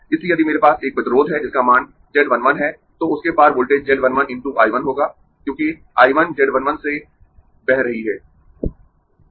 इसलिए यदि मेरे पास एक प्रतिरोध है जिसका मान z 1 1 है तो उसके पार वोल्टेज z 1 1 × I 1 होगा क्योंकि I 1 z 1 1 से बह रही है